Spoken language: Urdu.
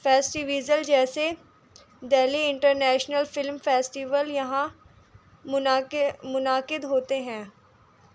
فیسٹیویزل جیسے دہلی انٹرنیشنل فلم فیسٹول یہاں منعقد ہوتے ہیں